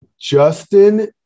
Justin